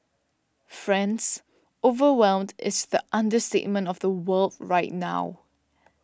friends overwhelmed is the understatement of the world right now